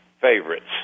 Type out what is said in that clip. favorites